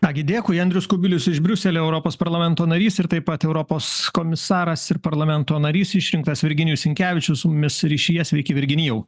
ką gi dėkui andrius kubilius iš briuselio europos parlamento narys ir taip pat europos komisaras ir parlamento narys išrinktas virginijus sinkevičius su mumis ryšyje sveiki virginijau